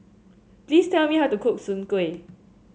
please tell me how to cook Soon Kuih